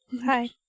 Hi